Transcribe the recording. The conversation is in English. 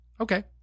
Okay